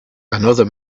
another